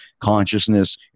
consciousness